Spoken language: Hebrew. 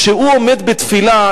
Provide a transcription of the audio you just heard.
כשהוא עומד בתפילה,